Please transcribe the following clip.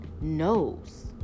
knows